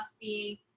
seeing